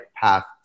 path